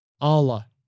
Allah